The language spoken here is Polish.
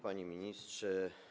Panie Ministrze!